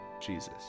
Jesus